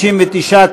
59,